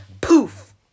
poof